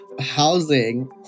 housing